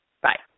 Bye